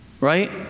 Right